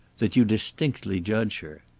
that you distinctly judge her.